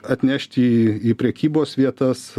atnešti į į prekybos vietas